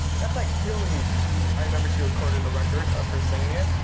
that's like billions of views. i remember she recorded a record of her singing it,